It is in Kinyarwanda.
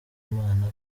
imana